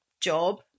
job